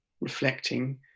reflecting